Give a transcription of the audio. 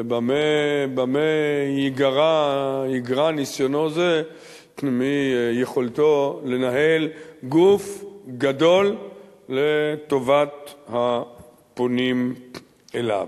ובמה יגרע ניסיונו זה מיכולתו לנהל גוף גדול לטובת הפונים אליו?